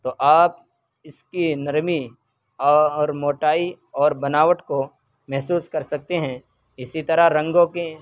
تو آپ اس کی نرمی اور موٹائی اور بناوٹ کو محسوس کر سکتے ہیں اسی طرح رنگوں کے